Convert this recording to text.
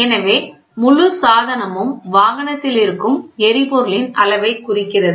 எனவே முழு சாதனமும் வாகனத்தில் இருக்கும் எரிபொருளின் அளவைக் குறிக்கிறது